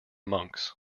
monks